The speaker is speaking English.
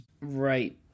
Right